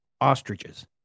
ostriches